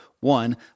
one